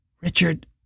Richard